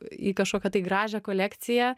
į kažkokią tai gražią kolekciją